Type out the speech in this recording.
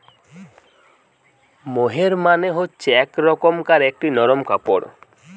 মোহের মানে হচ্ছে এক রকমকার একটি নরম কাপড়